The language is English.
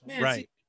Right